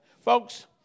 folks